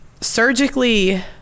surgically